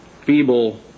feeble